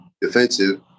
defensive